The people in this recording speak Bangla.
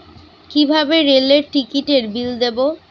কিভাবে রেলের টিকিটের বিল দেবো?